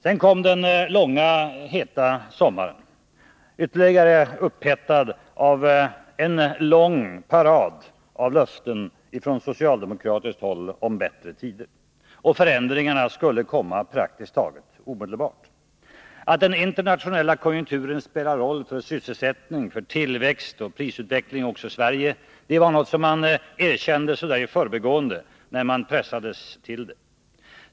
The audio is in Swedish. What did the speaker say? Sedan kom den långa, heta sommaren, ytterligare upphettad av en lång parad löften från socialdemokratiskt håll om bättre tider. Förändringarna skulle komma praktiskt taget omedelbart. Att den internationella konjunkturen spelar roll för sysselsättning, tillväxt och prisutveckling också i Sverige var något man erkände i förbigående, när man pressades till det.